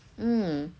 mm